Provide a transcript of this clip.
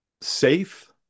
safe